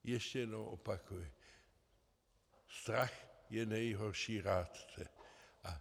Ještě jednou opakuji, strach je nejhorší rádce.